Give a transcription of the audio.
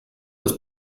des